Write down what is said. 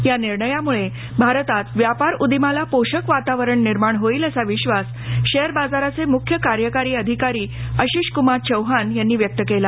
या निर्णयामुळे भारतात व्यापार उदीमाला पोषक वातावरण निर्माण होईल असा विश्वास शेअर बाजाराचे मुख्य कार्यकारी अधिकारी आशीषक्मार चौहान यांनी व्यक्त केला